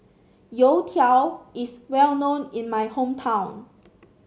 youtiao is well known in my hometown